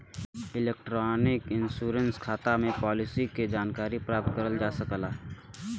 electronic insurance खाता से policy के जानकारी प्राप्त करल जा सकल जाला